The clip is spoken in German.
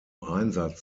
einsatz